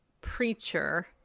preacher